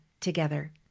together